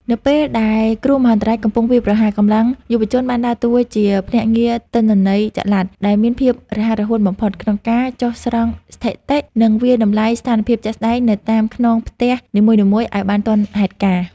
នៅពេលដែលគ្រោះមហន្តរាយកំពុងវាយប្រហារ កម្លាំងយុវជនបានដើរតួជា ភ្នាក់ងារទិន្នន័យចល័ត ដែលមានភាពរហ័សរហួនបំផុត ក្នុងការចុះស្រង់ស្ថិតិ និងវាយតម្លៃស្ថានភាពជាក់ស្ដែងនៅតាមខ្នងផ្ទះនីមួយៗឱ្យបានទាន់ហេតុការណ៍។